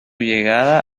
llegada